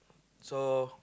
so